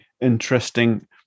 interesting